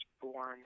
born